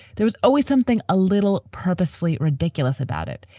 there's always something a little purposefully ridiculous about it.